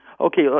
Okay